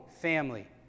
family